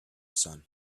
sun